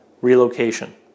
relocation